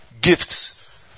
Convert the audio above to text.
gifts